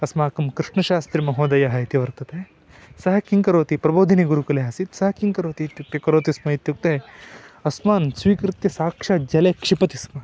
अस्माकं कृष्णशास्त्रीमहोदयः इति वर्तते सः किं करोति प्रबोधिनीगुरुकुले आसीत् सः किं करोति इत्यु्कते करोति स्म इत्युक्ते अस्मान् स्वीकृत्य साक्षात् जले क्षिपति स्म